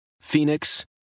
Phoenix